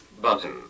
Button